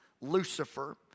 Lucifer